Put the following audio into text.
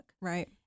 Right